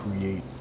create